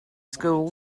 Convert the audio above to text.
school